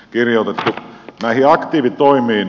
näihin aktiivitoimiin